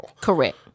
Correct